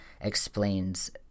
explains